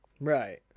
Right